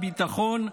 הביטחון,